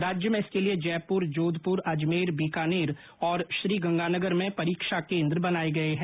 राज्य में इसके लिए जयपुर जोधपुर अजमेर बीकानेर और श्रीगंगानगर में परीक्षा केन्द्र बनाये गये हैं